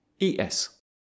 ES